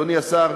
אדוני השר,